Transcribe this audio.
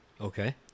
Okay